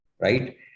right